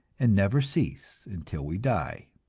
and never cease until we die.